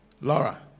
Laura